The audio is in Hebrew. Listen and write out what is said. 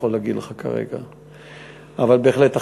אז לנסות באמת קודם כול להגיע לכך שזה הצתה ולא שרפה או כל דבר אחר,